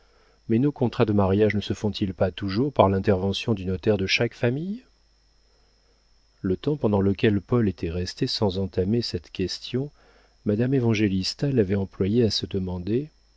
mais nos contrats de mariage ne se font-ils pas toujours par l'intervention du notaire de chaque famille le temps pendant lequel paul était resté sans entamer cette question madame évangélista l'avait employé à se demander